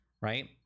right